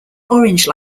orange